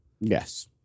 Yes